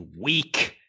weak